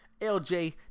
LJ